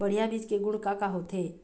बढ़िया बीज के गुण का का होथे?